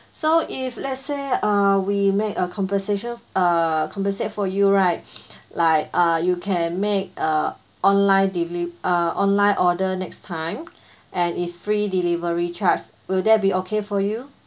so if let say uh we make a compensation uh compensate for you right like ah you can make uh online deli~ uh online order next time and it's free delivery charge will that be okay for you